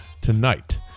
tonight